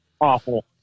awful